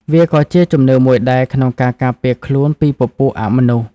វាក៏ជាជំនឿមួយដែរក្នុងការការពារខ្លួនពីពពួកអមនុស្ស។